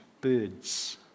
birds